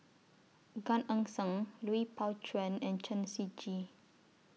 Gan Eng Seng Lui Pao Chuen and Chen Shiji